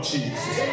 Jesus